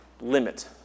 limit